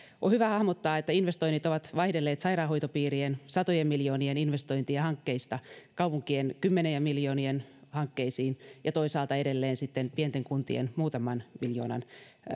on hyvä hahmottaa että investoinnit ovat vaihdelleet sairaanhoitopiirien satojen miljoonien investointien hankkeista kaupunkien kymmenien miljoonien hankkeisiin ja toisaalta edelleen sitten pienten kuntien muutaman miljoonan